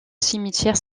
cimetière